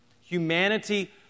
Humanity